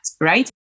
right